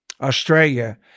Australia